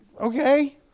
Okay